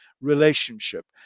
relationship